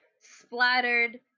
splattered